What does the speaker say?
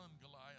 Goliath